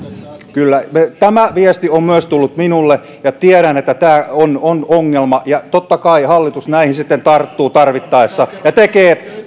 kyllä tämä viesti on tullut myös minulle ja tiedän että tämä on on ongelma totta kai hallitus näihin tarttuu tarvittaessa ja tekee